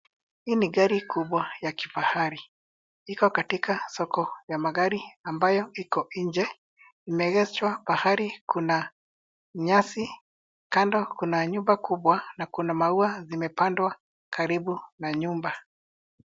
Hii ni gari kubwa ya kifahari. Iko katika soko ya magari ambayo iko nje. Imeegeshwa pahali kuna nyasi. Kando kuna nyumba kubwa na kuna maua zimepandwa karibu na nyumba.